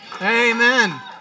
Amen